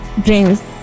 dreams